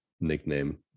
Nickname